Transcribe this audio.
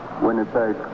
Winnipeg